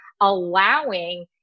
allowing